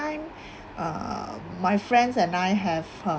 uh my friends and I have a